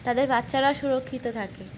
তাদের বাচ্চারা সুরক্ষিত থাকে